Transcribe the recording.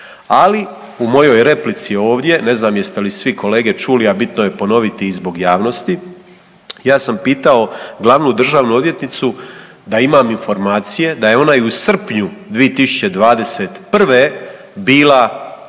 Ali, u mojoj replici ovdje, ne znam jeste li svi kolege čuli, a bitno je ponoviti i zbog javnosti, ja sam pitao Glavnu državnu odvjetnicu da imam informacije da je ona i u srpnju 2021. bila